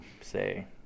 say